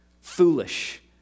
Foolish